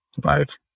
Five